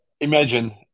imagine